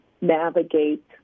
navigate